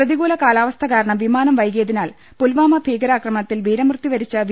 പ്രതികൂല കാലാവസ്ഥ കാരണം വിമാനം വൈകിയതിനാൽ പുൽവാമ ഭീകരാക്രമണത്തിൽ വീരമൃത്യു വരിച്ച വി